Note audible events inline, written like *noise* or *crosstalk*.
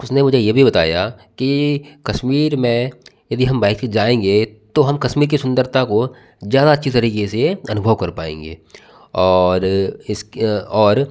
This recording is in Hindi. उसने मुझे ये भी बताया की कश्मीर में यदि हम बाइक से जाएँगे तो हम कश्मीर के सुंदरता को ज्यादा अच्छी तरीके से अनुभव कर पाएँगे और इस *unintelligible* और